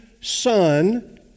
son